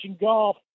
golf